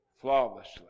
flawlessly